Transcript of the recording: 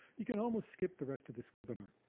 you can almost skip the rest of this webinar.